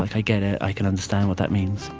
like i get it, i can understand what that means.